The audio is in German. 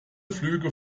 flüge